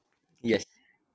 yes